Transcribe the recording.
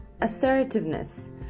assertiveness